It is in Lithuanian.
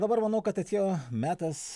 dabar manau kad atėjo metas